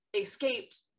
Escaped